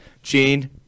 Gene